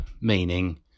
meaning